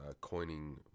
coining